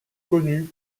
connues